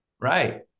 Right